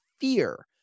fear